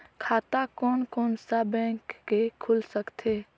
खाता कोन कोन सा बैंक के खुल सकथे?